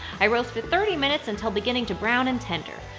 i roast for thirty minutes until beginning to brown and tender.